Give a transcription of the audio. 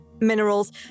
minerals